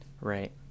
right